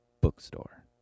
bookstore